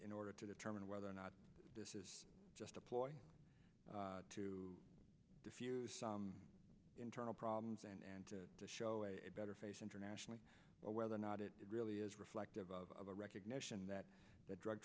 in order to determine whether or not this is just a ploy to defuse some internal problems and to show a better face internationally or whether or not it really is reflective of a recognition that the drug